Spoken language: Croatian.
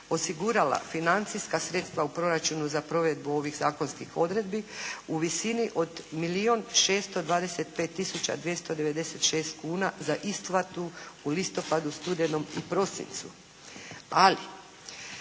osigurala financijska sredstva u proračunu za provedbu ovih zakonskih odredbi u visini milijun 625 tisuća 296 kuna za isplatu u listopadu, studenom i prosincu. Ali